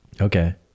okay